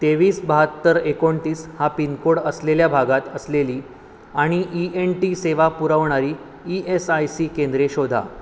तेवीस बहात्तर एकोणतीस हा पिनकोड असलेल्या भागात असलेली आणि ई एन टी सेवा पुरवणारी ई एस आय सी केंद्रे शोधा